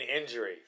injury